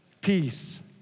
peace